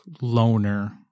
loner